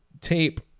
tape